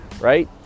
right